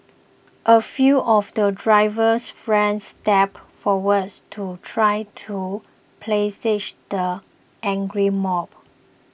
a few of the driver's friends stepped forward to try to placate the angry mob